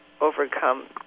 overcome